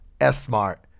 S-Smart